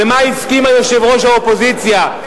למה הסכימה יושבת-ראש האופוזיציה,